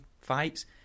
fights